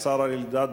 חבר הכנסת אריה אלדד,